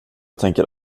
tänker